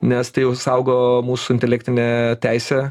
nes tai jau saugo mūsų intelektinė teisė